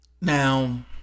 Now